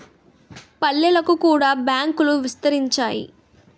పల్లెలకు కూడా బ్యాంకులు విస్తరించాయి